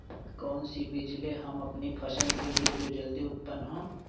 कौन सी बीज ले हम अपनी फसल के लिए जो जल्दी उत्पन हो?